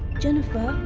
jennifer,